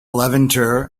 levanter